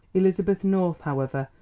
elizabeth north, however,